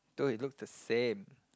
though it looks the same